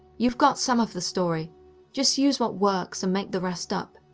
you've got some of the story just use what works and make the rest up,